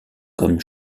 comme